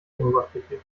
oberfläche